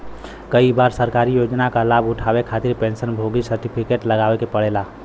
कई बार सरकारी योजना क लाभ उठावे खातिर पेंशन भोगी सर्टिफिकेट लगावे क पड़ेला